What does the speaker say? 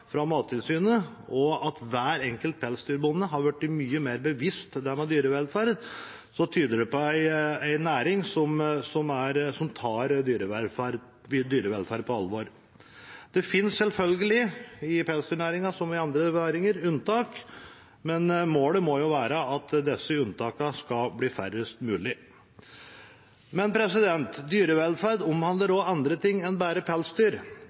at hver enkelt pelsdyrbonde har blitt mye mer bevisst på det med dyrevelferd, tyder på en næring som tar dyrevelferd på alvor. Det fins selvfølgelig unntak – i pelsdyrnæringen som i andre næringer – men målet må være at disse unntakene skal bli færrest mulig. Men dyrevelferd omhandler også annet enn bare pelsdyr.